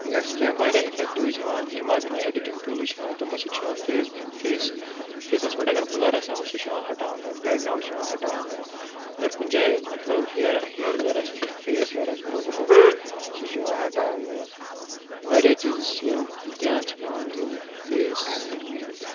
یا چھِ کیٚنٛہہ واریاہ اِفٮ۪کٹِوٕز یِوان یِم آز نٔے اٮ۪ڈِٹِنٛگ ٹوٗلٕز چھِ یِوان تِمو سۭتۍ چھِ یِوان فیس فیس فیسَس پٮ۪ٹھ اَگر بٕلر آسہِ آمُت سُہ چھِ یِوان ہَٹاونہٕ بیک گرٛاوُنٛڈ چھِ یِوان ہٹاونہٕ اگر کُنہِ جایہِ مطلب ہِیَر ہِیَر وِیَر آسہِ فیس ہِیَر آسہِ گرٛو گوٚمُت سُہ چھِ یِوان ہٹاونہٕ واریاہ چیٖزِز چھِ یِم دھیٛان چھِ پٮ۪وان دیُن فیس